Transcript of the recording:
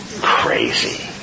Crazy